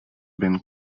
been